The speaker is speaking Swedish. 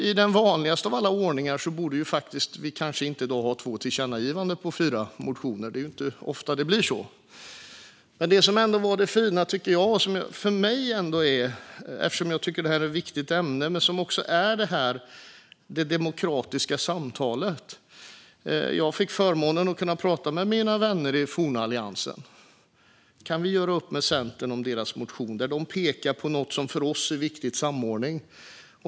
I den vanligaste av ordningar borde vi kanske inte ha två tillkännagivanden på fyra motioner; det är ju inte ofta som det blir så. Det som jag tycker var det fina, eftersom jag tycker att detta är ett viktigt ämne, är det demokratiska samtalet. Jag fick förmånen att kunna prata med mina vänner i den forna Alliansen. Kunde vi göra upp med Centern om deras motion, där de pekade på något som var viktigt för oss, nämligen samordning?